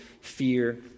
fear